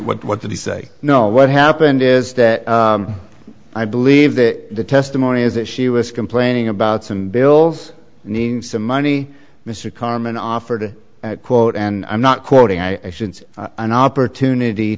and what did he say no what happened is that i believe that the testimony is that she was complaining about some bills needing some money mr carmen offered quote and i'm not quoting i shouldn't an opportunity